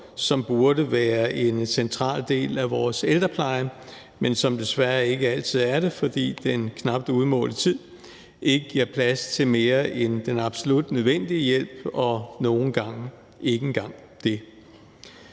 som burde være en central del af vores ældrepleje, men som desværre ikke altid er det, fordi den knapt udmålte tid ikke giver plads til mere end den absolut nødvendige hjælp og nogle gange ikke engang det.